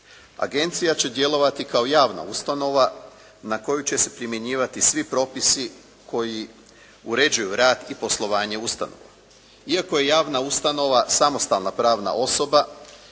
Agencija će djelovati kao javna ustanova na koju će se primjenjivati svi propisi koji uređuju rad i poslovanje ustanova. Iako je javna ustanova samostalna pravna osoba